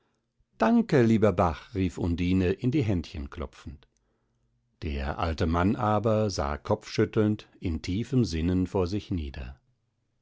danke lieber bach rief undine in die händchen klopfend der alte mann aber sah kopfschüttelnd in tiefem sinnen vor sich nieder